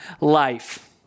life